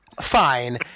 fine